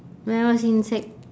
when I was in sec